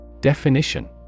Definition